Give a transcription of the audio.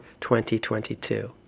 2022